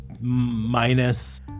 minus